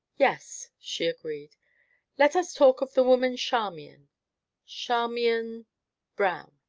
yes, she agreed let us talk of the woman charmian charmian brown.